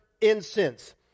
incense